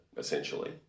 Essentially